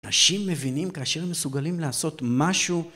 אנשים מבינים כאשר הם מסוגלים לעשות משהו